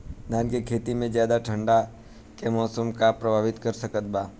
धान के खेती में ज्यादा ठंडा के मौसम का प्रभावित कर सकता बा?